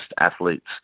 athletes